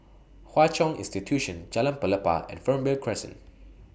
Hwa Chong Institution Jalan Pelepah and Fernvale Crescent